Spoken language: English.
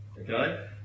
Okay